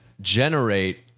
generate